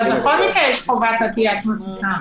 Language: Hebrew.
אבל בכל מקרה, יש חובת עטיית מסכה.